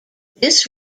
this